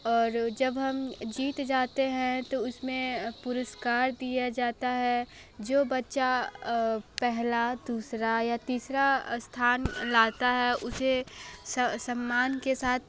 और जब हम जीत जाते हैं तो उसमें पुरस्कार दिया जाता है जो बच्चा पहला दूसरा या तीसरा स्थान लाता है उसे सम्मान के साथ